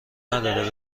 ندارد